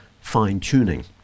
fine-tuning